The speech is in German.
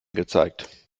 gezeigt